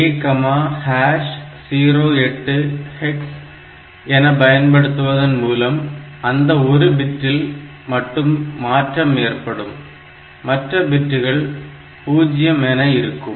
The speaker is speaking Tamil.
ANL A 08hex என பயன்படுத்துவதன் மூலம் அந்த ஒரு பிட்டில் மட்டும் மாற்றம் ஏற்படும் மற்ற பிட்டுகள் 0 என இருக்கும்